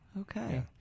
Okay